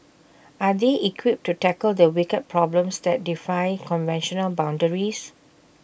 are they equipped to tackle the wicked problems that defy conventional boundaries